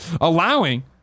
allowing